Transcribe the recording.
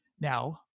Now